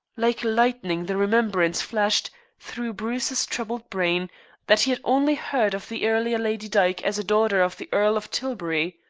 like lightning the remembrance flashed through bruce's troubled brain that he had only heard of the earlier lady dyke as a daughter of the earl of tilbury.